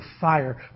fire